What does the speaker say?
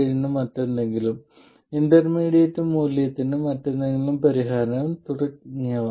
7 ന് മറ്റെന്തെങ്കിലും ഇന്റർമീഡിയറ്റ് മൂല്യത്തിന് മറ്റെന്തെങ്കിലും പരിഹാരം തുടങ്ങിയവ